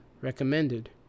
recommended